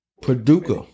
Paducah